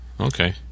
Okay